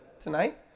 tonight